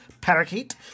parakeet